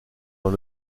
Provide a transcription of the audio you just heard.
dans